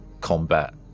combat